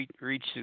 reach